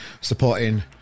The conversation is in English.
supporting